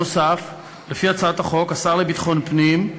נוסף על כך, לפי הצעת החוק, השר לביטחון פנים,